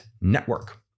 Network